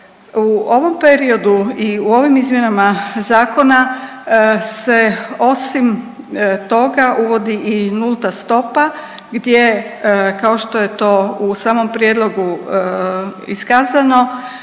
U ovom periodu i u ovim izmjenama Zakona se osim toga uvodi i nulta stopa gdje, kao što je to u samom prijedlogu iskazano,